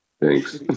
Thanks